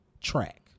track